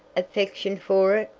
affection for it?